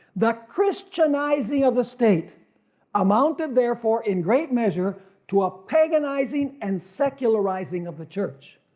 the christianizing of the state amounted therefore in great measure to a paganizing and secularizing of the church.